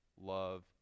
love